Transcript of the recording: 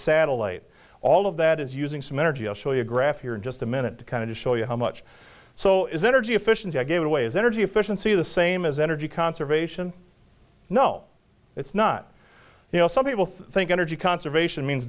satellite all of that is using some energy i'll show you a graph here in just a minute to kind of show you how much so is energy efficiency i gave away is energy efficiency the same as energy conservation no it's not you know some people think energy conservation means